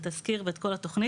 את התסקיר ואת כל התכנית.